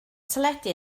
teledu